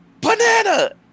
banana